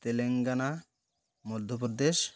Telangana Madhya Pradesh